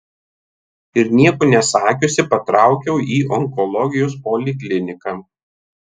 ir nieko nesakiusi patraukiau į onkologijos polikliniką